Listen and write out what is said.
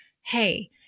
Hey